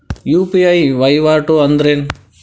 UPI ವಹಿವಾಟ್ ಅಂದ್ರೇನು?